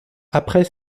après